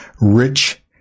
rich